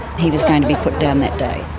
he was going to be put down that day.